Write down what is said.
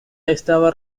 estaba